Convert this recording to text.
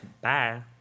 Bye